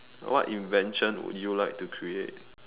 what invention would you like to create